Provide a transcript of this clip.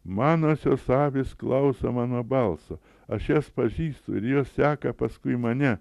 manosios avys klauso mano balso aš jas pažįstu ir jos seka paskui mane